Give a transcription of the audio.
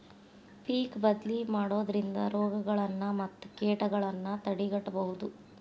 ಪಿಕ್ ಬದ್ಲಿ ಮಾಡುದ್ರಿಂದ ರೋಗಗಳನ್ನಾ ಮತ್ತ ಕೇಟಗಳನ್ನಾ ತಡೆಗಟ್ಟಬಹುದು